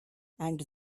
and